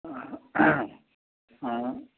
অঁ